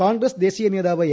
കോൺഗ്രസ് ദേശീയ നേതാവ് എ